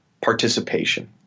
participation